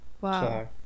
Wow